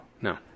No